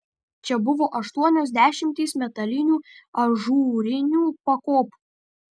čia buvo aštuonios dešimtys metalinių ažūrinių pakopų